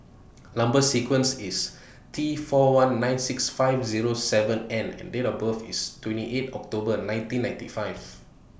Number sequence IS T four one nine six five Zero seven N and Date of birth IS twenty eight October nineteen ninety five